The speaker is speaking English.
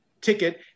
ticket